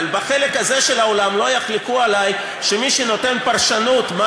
אבל בחלק הזה של האולם לא יחלקו עלי שמי שנותן פרשנות מה